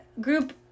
group